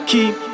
Keep